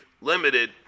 limited